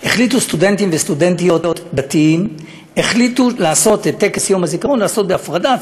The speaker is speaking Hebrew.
החליטו סטודנטים וסטודנטיות דתיים לעשות את טקס יום הזיכרון בהפרדה,